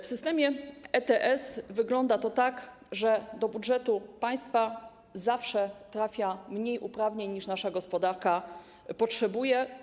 W systemie ETS wygląda to tak, że do budżetu państwa zawsze trafia mniej uprawnień, niż nasza gospodarka potrzebuje.